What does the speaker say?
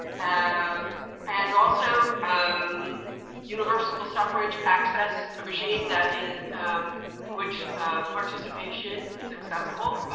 and and also, um universal suffrage access. a regime that is to which participation is accessible.